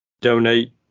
donate